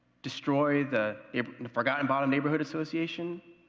destroy the forgotten bottom neighborhood association?